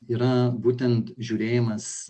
yra būtent žiūrėjimas